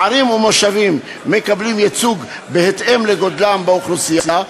ערים ומושבים מקבלים ייצוג בהתאם לגודלם באוכלוסייה.